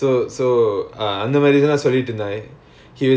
so the clauses what they mean